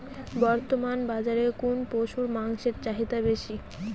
বর্তমান বাজারে কোন পশুর মাংসের চাহিদা বেশি?